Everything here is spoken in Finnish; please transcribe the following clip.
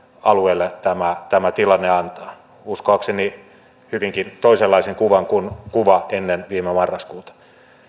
alueelle tämä tämä tilanne antaa uskoakseni hyvinkin toisenlaisen kuvan kuin kuva ennen viime marraskuuta